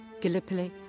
Gallipoli